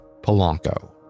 Polanco